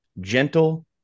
gentle